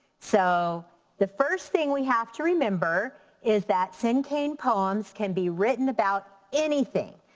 so the first thing we have to remember is that cinquain poems can be written about anything.